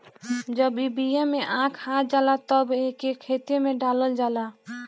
जब ई बिया में आँख आ जाला तब एके खेते में डालल जाला